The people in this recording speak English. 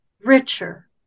richer